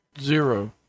Zero